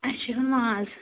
اسہِ چھُ ہیٚوان ماز